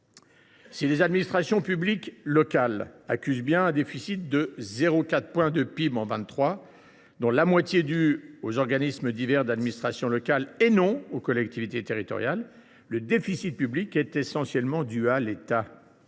Si les administrations publiques locales accusent bien un déficit de 0,4 point de PIB en 2023, dont la moitié est due aux organismes divers d’administration locale et non aux collectivités territoriales, le déficit public est essentiellement dû à l’État.